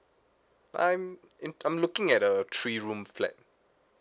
I'm in I'm looking at a three room flat